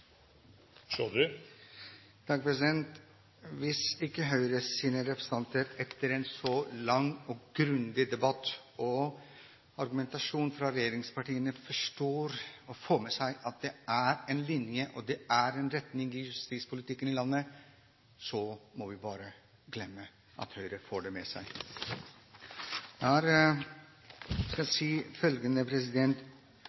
Hvis ikke Høyres representanter etter en så lang og grundig debatt og argumentasjon fra regjeringspartiene forstår, og får med seg, at det er en linje og en retning i justispolitikken i landet, må vi bare innse at Høyre ikke får det med seg. Jeg skal